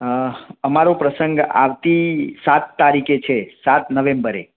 અમારો પ્રસંગ આવતી સાત તારીખે છે સાત નવેમ્બરે